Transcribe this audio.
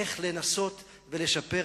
איך לנסות ולשפר,